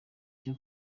cyo